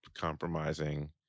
compromising